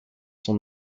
sont